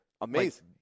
Amazing